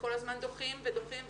שכל הזמן דוחים ודוחים,